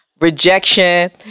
rejection